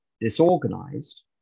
disorganized